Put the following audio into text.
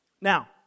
Now